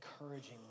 encouraging